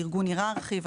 ארגון היררכי וכד'.